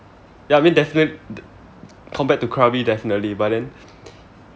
ya I mean definite~ compared to krabi definitely but then